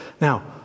Now